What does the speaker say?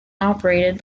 operated